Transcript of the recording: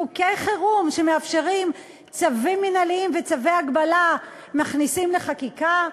חוקי חירום שמאפשרים צווים מינהליים וצווי הגבלה מכניסים לחקיקה?